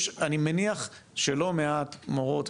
אני מניח שלא מעט מורות,